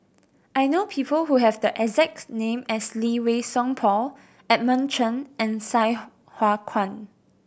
I know people who have the exact name as Lee Wei Song Paul Edmund Chen and Sai Hua Kuan